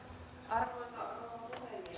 arvoisa rouva puhemies